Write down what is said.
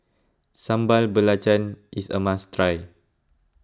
Sambal Belacan is a must try